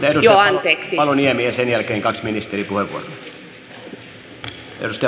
edustaja paloniemi ja sen jälkeen kaksi ministeripuheenvuoroa